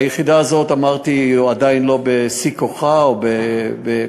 היחידה הזאת, אמרתי, עדיין לא בשיא כוחה או בכל,